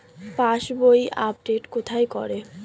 পাসবই update কোথায় করে?